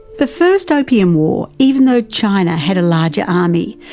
the first opium war, even though china had a larger army,